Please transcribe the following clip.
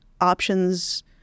options